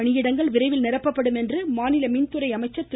பணியிடங்கள் விரைவில் நிரப்பப்படும் என்று மாநில மின்துறை அமைச்சர் திரு